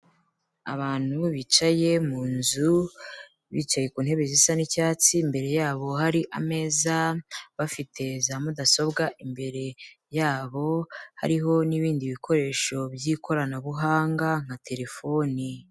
Abantu bicaye mu nzu bicaye ku ntebe zisa n'icyatsi, imbere yabo hari ameza bafite za mudasobwa imbere yabo, hariho n'ibindi bikoresho by'ikoranabuhanga nka terefoni.